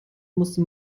musste